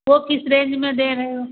वे किस रेंज में दे रहे हो